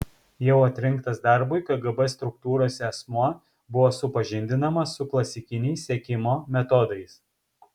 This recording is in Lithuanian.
jau atrinktas darbui kgb struktūrose asmuo buvo supažindinamas su klasikiniais sekimo metodais